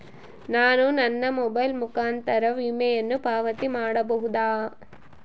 ನಾನು ನನ್ನ ಮೊಬೈಲ್ ಮುಖಾಂತರ ವಿಮೆಯನ್ನು ಪಾವತಿ ಮಾಡಬಹುದಾ?